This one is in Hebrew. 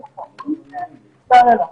לא.